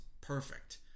perfect